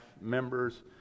members